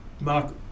Mark